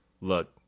look